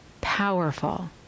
Powerful